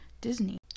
Disney